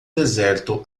deserto